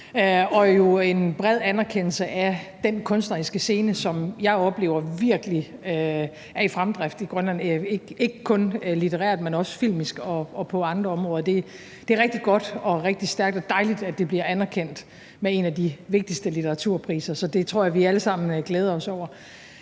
jo en bred anerkendelse af den kunstneriske scene, som jeg oplever virkelig er i fremdrift i Grønland, ikke kun litterært, men også filmisk og på andre områder. Det er rigtig godt og rigtig stærkt og dejligt, at det bliver anerkendt med en af de vigtigste litteraturpriser, så det tror jeg vi alle sammen glæder os over.